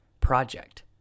project